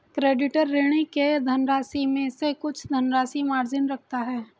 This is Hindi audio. क्रेडिटर, ऋणी के धनराशि में से कुछ धनराशि मार्जिन रखता है